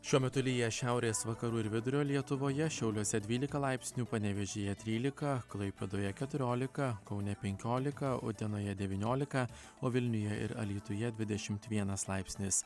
šiuo metu lyja šiaurės vakarų ir vidurio lietuvoje šiauliuose dvylika laipsnių panevėžyje trylika klaipėdoje keturiolika kaune penkiolika utenoje devyniolika o vilniuje ir alytuje dvidešimt vienas laipsnis